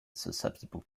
susceptible